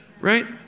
right